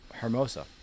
Hermosa